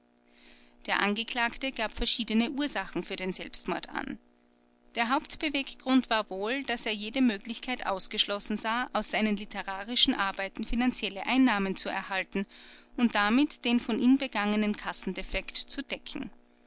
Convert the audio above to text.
der angeklagte gab verschiedene ursachen für den selbstmord an der hauptbeweggrund war wohl daß er jede möglichkeit ausgeschlossen sah aus seinen literarischen arbeiten finanzielle einnahmen zu erhalten und damit den von ihm begangenen kassendefekt zu decken